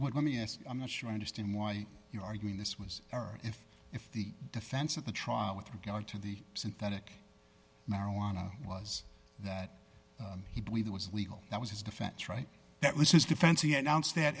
what let me ask i'm not sure i understand why you're arguing this was or if if the defense of the trial with regard to the synthetic marijuana was that he believed it was legal that was his defense right that was his defense he announced that